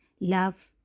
Love